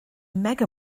mega